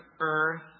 earth